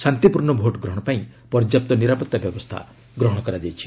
ଶାନ୍ତିପୂର୍ଣ୍ଣ ଭୋଟ୍ଗ୍ରହଣ ପାଇଁ ପର୍ଯ୍ୟାପ୍ତ ନିରାପତ୍ତା ବ୍ୟବସ୍ଥା ଗ୍ରହଣ କରାଯାଇଛି